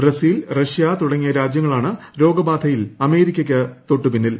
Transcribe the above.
Brazil റഷ്യ തുടങ്ങിയ രാജ്യങ്ങളാണ് രോഗബാധയിൽ അമേരിക്കയ്ക്ക് പിന്നിൽ